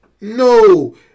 No